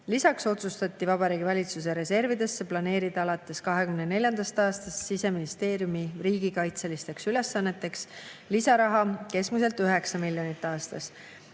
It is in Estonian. aastas. Lisaks otsustati Vabariigi Valitsuse reservidesse planeerida alates 2024. aastast Siseministeeriumi riigikaitselisteks ülesanneteks lisaraha keskmiselt 9 miljonit aastas.